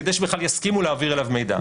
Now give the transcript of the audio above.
כדי שבכלל יסכימו להעביר אליו מידע,